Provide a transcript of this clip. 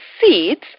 seeds